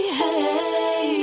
hey